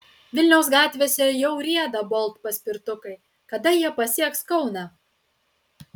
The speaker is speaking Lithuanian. vilniaus gatvėse jau rieda bolt paspirtukai kada jie pasieks kauną